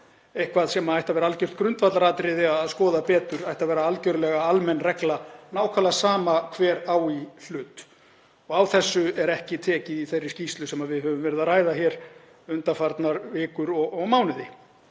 eitthvað sem ætti að vera algjört grundvallaratriði að skoða betur og ætti að vera algjörlega almenn regla, nákvæmlega sama hver á í hlut. Á þessu er ekki tekið í þeirri skýrslu sem við höfum verið að ræða hér undanfarnar vikur og mánuði.